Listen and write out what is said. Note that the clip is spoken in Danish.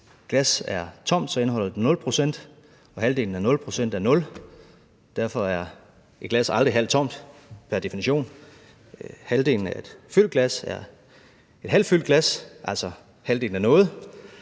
Hvis et glas er tomt, indeholder det 0 pct., og halvdelen af 0 pct. er 0. Derfor er et glas aldrig halvt tomt pr. definition. Halvdelen af et fyldt glas er et halvfyldt glas, altså halvdelen af noget